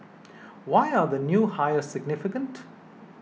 why are the new hires significant